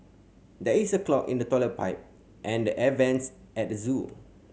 there is a clog in the toilet pipe and the air vents at the zoo